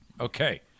Okay